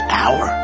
hour